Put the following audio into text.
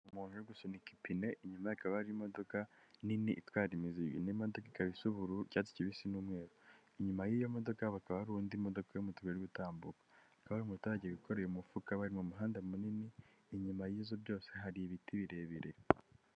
Umuntu uri gusunika ipine inyuma ye hakakaba ari imodoka nini itwara imizigo iyo modoka ikaba isa ubururu, icyatsi kibisi, n'umweru ,inyuma y'iyo modoka hakaba hari indi modoka y'umutuku iri gutambuka hakaba hari umuturage wikoreye umufuka we mu muhanda munini, inyuma y'izo byose hari ibiti birebire.